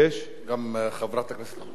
גם חברת הכנסת חוטובלי.